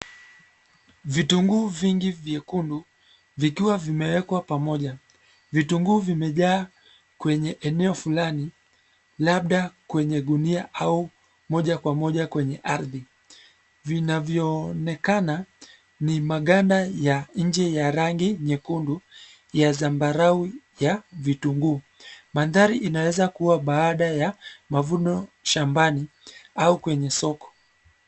Vitunguu vingi vyekundu, vikiwa vimewekwa pamoja. Vitunguu vimejaa kwenye eneo flani labda kwenye gunia au moja kwa moja kwenye ardhi, vinavyoonekana ni maganda ya nje ya rangi nyekundu, ya zambarau ya vitunguu. Mandhari inaweza kuwa baada ya mavuno shambani au kwenye soko.